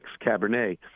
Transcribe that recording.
Cabernet